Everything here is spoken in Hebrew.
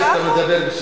אתם מערבבים.